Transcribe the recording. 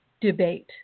debate